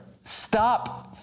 Stop